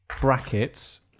brackets